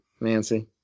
Nancy